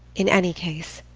in any case,